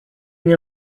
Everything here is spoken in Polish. nie